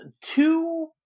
two